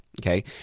Okay